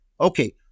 Okay